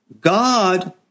God